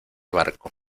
barco